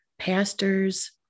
pastors